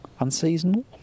unseasonal